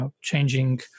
changing